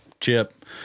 chip